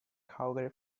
calgary